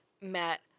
met